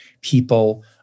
people